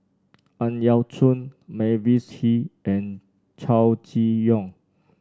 Ang Yau Choon Mavis Hee and Chow Chee Yong